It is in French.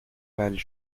pâles